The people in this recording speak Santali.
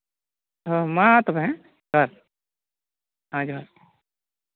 ᱦᱳᱭ ᱢᱟ ᱛᱚᱵᱮ ᱦᱮᱸ ᱡᱚᱦᱟᱨ ᱦᱮᱸ ᱡᱚᱦᱟᱨ